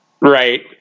right